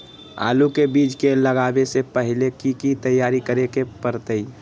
आलू के बीज के लगाबे से पहिले की की तैयारी करे के परतई?